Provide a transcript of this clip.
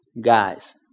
guys